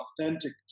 authentic